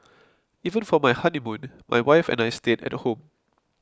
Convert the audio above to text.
even for my honeymoon my wife and I stayed at home